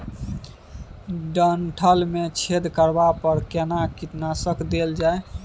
डंठल मे छेद करबा पर केना कीटनासक देल जाय?